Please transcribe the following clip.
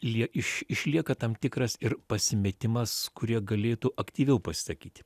jie iš išlieka tam tikras ir pasimetimas kur jie galėtų aktyviau pasisakyti